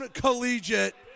collegiate